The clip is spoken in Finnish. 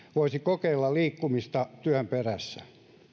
voisivat kokeilla liikkumista työn perässä